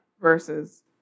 versus